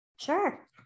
Sure